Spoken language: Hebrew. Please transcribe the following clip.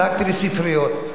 דאגתי לספריות,